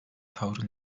tavrı